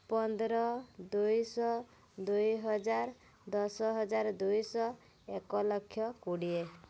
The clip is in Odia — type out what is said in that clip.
ପନ୍ଦର ଦୁଇଶହ ଦୁଇ ହଜାର ଦଶ ହଜାର ଦୁଇଶହ ଏକ ଲକ୍ଷ କୋଡ଼ିଏ